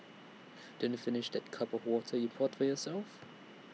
didn't finish that cup of water you poured for yourself